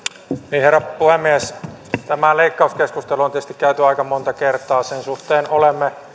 herra puhemies tämä leikkauskeskustelu on tietysti käyty aika monta kertaa sen suhteen olemme